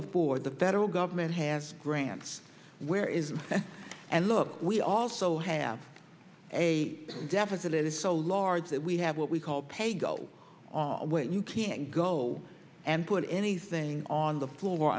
poor the federal government has grants where is and look we also have a deficit is so large that we have what we call pay go on when you can go and put anything on the floor